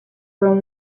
room